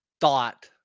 thought